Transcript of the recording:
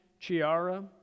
Chiara